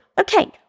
Okay